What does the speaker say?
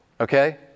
Okay